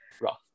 rough